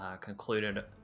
concluded